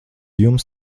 jums